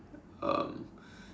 um